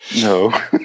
no